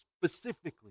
specifically